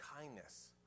kindness